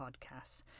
podcasts